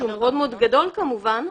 שהוא מאוד-מאוד גדול כמובן,